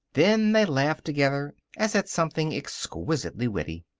then they laughed together, as at something exquisitely witty.